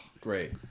Great